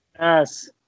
Yes